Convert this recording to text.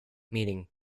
meaning